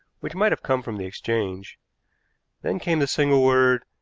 which might have come from the exchange then came the single word,